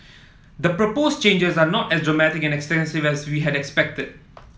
the proposed changes are not as dramatic and extensive as we had expected